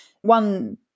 One